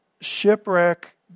Shipwreck